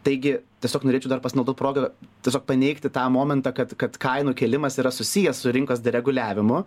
taigi tiesiog norėčiau dar pasinaudot proga tiesiog paneigti tą momentą kad kad kainų kėlimas yra susijęs su rinkos dereguliavimu